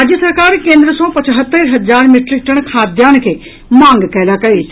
राज्य सरकार केन्द्र सँ पचहत्तरि हजार मीट्रिक टन खाद्यान्न के मांग कयलक अछि